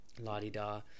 la-di-da